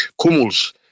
Kumuls